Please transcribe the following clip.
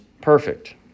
perfect